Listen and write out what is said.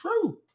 true